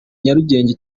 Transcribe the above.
nyarugenge